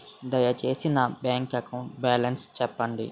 దయచేసి నా bank account balance చెప్పండి